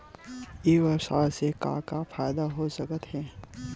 ई व्यवसाय से का का फ़ायदा हो सकत हे?